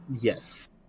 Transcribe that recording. Yes